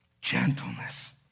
Gentleness